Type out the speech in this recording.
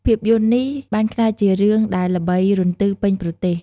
ភាពយន្តនេះបានក្លាយជារឿងដែលល្បីរន្ទឺពេញប្រទេស។